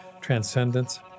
transcendence